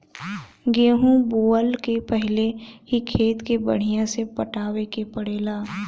गेंहू बोअला के पहिले ही खेत के बढ़िया से पटावे के पड़ेला